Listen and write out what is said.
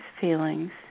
feelings